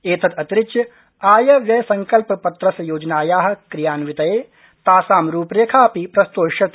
एतदितिरिच्य आय व्यय संकल्प पत्रस्य योजनाया क्रियन्वितये तासां रूपरेखा अपि प्रस्तोष्यति